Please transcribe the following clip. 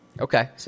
Okay